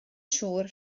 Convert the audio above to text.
siŵr